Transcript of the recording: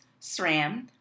SRAM